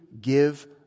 give